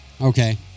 Okay